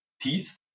teeth